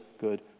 good